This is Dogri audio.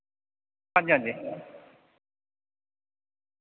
हांजी हांजी